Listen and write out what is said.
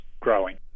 growing